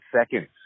seconds